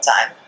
time